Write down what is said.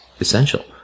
essential